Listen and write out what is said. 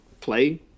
play